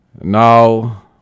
now